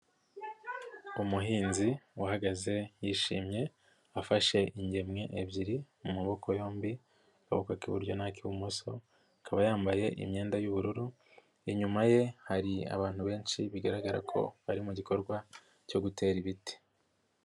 Umuhinzi uhagaze yishimye afashe ingemwe ebyiri mu maboko yombi akaboko k'iburyo n'ak'ibumoso akaba yambaye imyenda y'ubururu, inyuma ye hari abantu benshi bigaragara ko bari mu gikorwa cyo gutera ibiti.